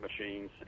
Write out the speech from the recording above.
machines